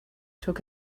took